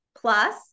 Plus